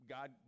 God